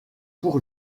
pour